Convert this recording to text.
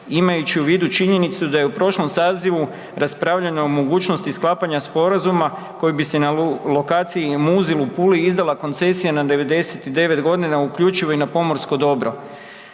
imajući u vidu činjenicu da je u prošlom sazivu raspravljana o mogućnosti sklapanja sporazuma koji bi se na lokaciji Muzil u Puli izdala koncesija na 99.g. uključivo i na pomorsko dobro.